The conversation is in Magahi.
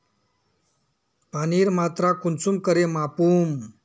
पानीर मात्रा कुंसम करे मापुम?